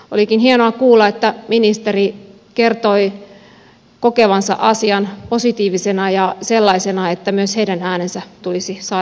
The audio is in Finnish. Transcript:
olikin hienoa kuulla että ministeri kertoi kokevansa asian positiiviseksi ja sellaiseksi että myös vammaisten ääni tulisi saada paremmin esiin